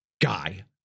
guy